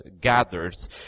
gathers